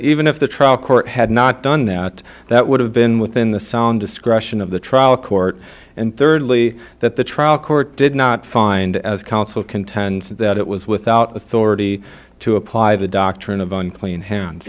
even if the trial court had not done that that would have been within the sound discretion of the trial court and thirdly that the trial court did not find as counsel contends that it was without authority to apply the doctrine of unclean hand